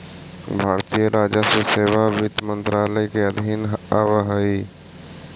भारतीय राजस्व सेवा वित्त मंत्रालय के अधीन आवऽ हइ